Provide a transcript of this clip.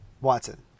Watson